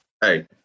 hey